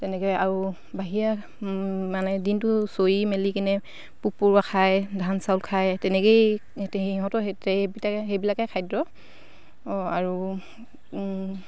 তেনেকে আৰু বাহিৰে মানে দিনটো চৰি মেলি কিনে পোক পৰুৱা খায় ধান চাউল খায় তেনেকেই সিহঁতৰ সেইবিলাকে সেইবিলাকে খাদ্য আৰু